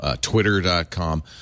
Twitter.com